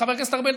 חבר הכנסת ארבל,